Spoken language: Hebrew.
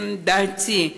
לדעתי,